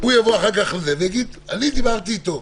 הוא יבוא אחר כך ויגיד: דיברתי איתו.